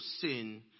sin